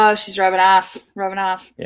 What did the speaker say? ah she's rubbing off, rubbing off.